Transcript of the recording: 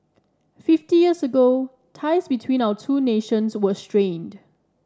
fifty years ago ties between our two nations were strained